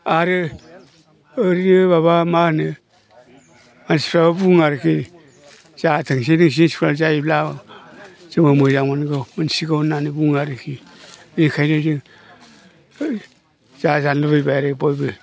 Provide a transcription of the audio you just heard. आरो ओरैनो माबा माहोनो मानसिफ्राबो बुङो आरोखि जाथोंसै नोंसिनि स्कुला जायोब्ला जोंबो मोजां मोनगौ मोनसिगौ होननानै बुङो आरोखि बेखायनो जों जाजानो लुगैबाय आरो बयबो